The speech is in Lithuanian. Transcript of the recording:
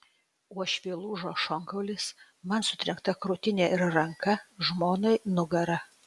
uošviui lūžo šonkaulis man sutrenkta krūtinė ir ranka žmonai nugara